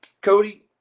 Cody